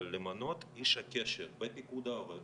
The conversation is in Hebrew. אבל למנות איש קשר מיומן בפיקוד העורף.